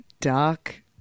dark